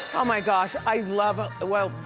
oh my gosh, i love, ah ah well,